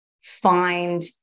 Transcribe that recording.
find